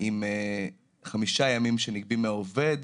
עם חמישה ימים שנגבים מהעובד.